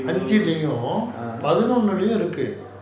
(uh huh)